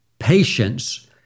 patience